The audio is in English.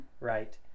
right